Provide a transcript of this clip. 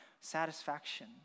satisfaction